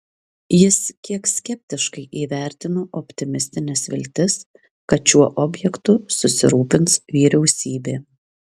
jis kiek skeptiškai įvertino optimistines viltis kad šiuo objektu susirūpins vyriausybė